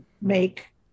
make